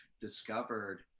discovered